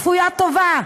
אנטישמית כפוית טובה.